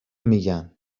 میگن